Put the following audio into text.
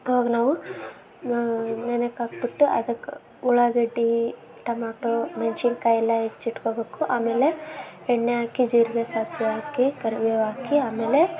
ಆವಾಗ ನಾವು ನಾವು ನೆನೆಯೋಕ್ ಹಾಕ್ಬಿಟ್ಟು ಅದಕ್ಕೆ ಉಳ್ಳಾಗಡ್ಡೀ ಟಮೋಟೊ ಮೆಣಸಿನ್ಕಾಯೆಲ್ಲ ಹೆಚ್ಚಿಟ್ಕೊಬೇಕು ಆಮೇಲೆ ಎಣ್ಣೆ ಹಾಕಿ ಜೀರಿಗೆ ಸಾಸಿವೆ ಹಾಕಿ ಕರಿಬೇವು ಹಾಕಿ ಆಮೇಲೆ